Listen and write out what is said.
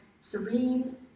serene